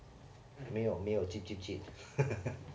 没有没有 chip chip chip